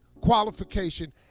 qualification